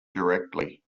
directly